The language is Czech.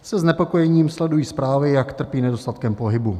Se znepokojením sleduji zprávy, jak trpí nedostatkem pohybu.